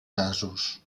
casos